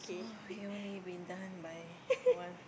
so we only been done by